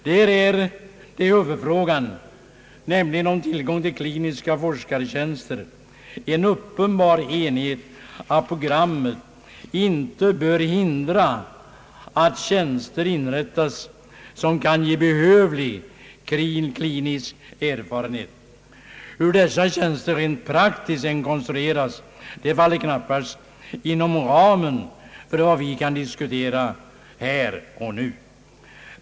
Där föreligger i huvudfrågan, nämligen frågan om tillgång till kliniska forskartjänster, en uppenbar enighet om att programmet inte bör hindra att tjänster inrättas som kan ge hygglig klinisk erfarenhet. Hur dessa tjänster sedan rent praktiskt konstrueras faller knappast inom ramen för vad vi kan diskutera här och nu.